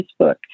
Facebook